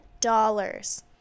dollars